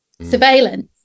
surveillance